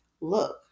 look